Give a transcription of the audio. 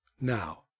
now